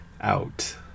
out